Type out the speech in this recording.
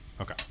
Okay